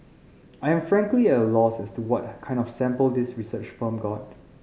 I am frankly at a loss as to what kind of sample this research firm got